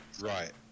Right